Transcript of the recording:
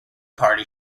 party